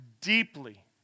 deeply